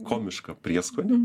komišką prieskonį